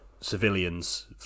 Civilians